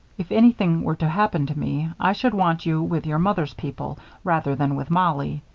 if anything were to happen to me, i should want you with your mother's people rather than with mollie.